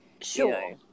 Sure